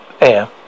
Air